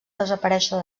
desaparèixer